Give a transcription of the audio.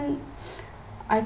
I